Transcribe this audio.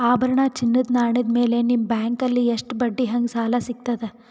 ಆಭರಣ, ಚಿನ್ನದ ನಾಣ್ಯ ಮೇಲ್ ನಿಮ್ಮ ಬ್ಯಾಂಕಲ್ಲಿ ಎಷ್ಟ ಬಡ್ಡಿ ಹಂಗ ಸಾಲ ಸಿಗತದ?